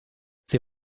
sie